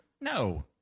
No